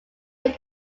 make